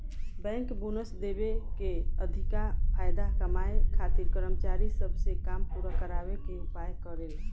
bank bonus देके अधिका फायदा कमाए खातिर कर्मचारी सब से काम पूरा करावे के उपाय करेले